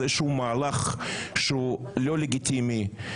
זה איזשהו מהלך שהוא לא לגיטימי,